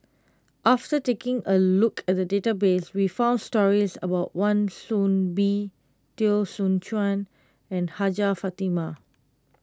after taking a look at the database we found stories about Wan Soon Bee Teo Soon Chuan and Hajjah Fatimah